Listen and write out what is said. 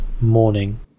morning